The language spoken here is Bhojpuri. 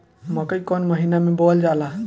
मकई कौन महीना मे बोअल जाला?